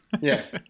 Yes